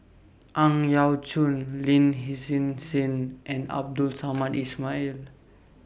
Ang Yau Choon Lin Hsin Hsin and Abdul Samad Ismail